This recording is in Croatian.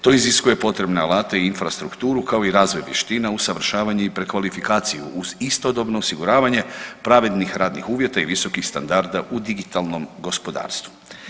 To iziskuje potrebne alate i infrastrukturu, kao i razvoj vještina, usavršavanje i prekvalifikaciju uz istodobno osiguravanje pravednih radnih uvjeta i visokih standarda u digitalnom gospodarstvu.